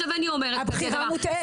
הבחירה מוטעית.